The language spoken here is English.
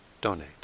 donate